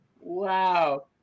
Wow